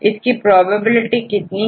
इसकी प्रोबेबिलिटी कितनी है